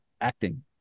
acting